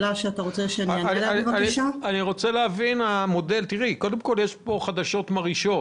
רונה, קודם כול יש פה חדשות מרעישות.